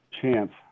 chance